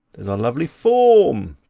and our lovely form,